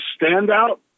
standout